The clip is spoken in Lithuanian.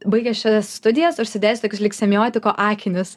baigę šias studijas užsidėsiu tokius lyg semiotiko akinius